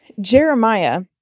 Jeremiah